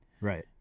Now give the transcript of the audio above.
Right